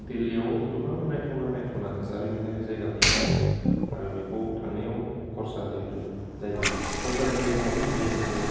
दिल्लीयाव गोबां नायथावना नायथावना जारिमिनारि जायगाफ्रा दङ आरो बेखौ थांनायाव खरसा जिहेथु जायो खरसा जायोब्लाबो बियो मोनसे